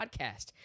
Podcast